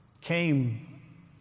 came